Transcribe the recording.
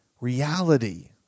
reality